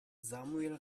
samuel